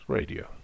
Radio